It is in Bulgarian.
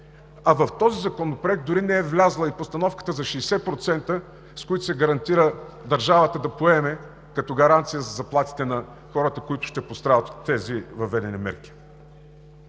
В този законопроект дори не е влязла и постановката за 60%, с които се гарантира държавата да поеме гаранция за заплатите на хората, които ще пострадат от тези въведени мерки.